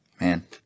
Man